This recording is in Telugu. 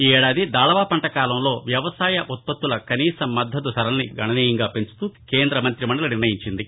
ఈఏదాది దాళవాపంటకాలంలో వ్యవసాయ ఉత్పత్తుల కనీస మద్దతు ధరలను గణనీయంగా పెంచుతూ కేంద మంతి మండలి నిర్ణయించింది